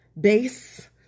base